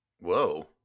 Whoa